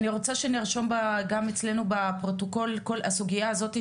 אני רוצה שנרשום גם בפרוטוקול את הסוגיה הזאת,